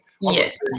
Yes